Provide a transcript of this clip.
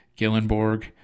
Gillenborg